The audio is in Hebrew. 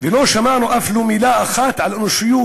ולא שמענו אף לא מילה אחת על אנושיות,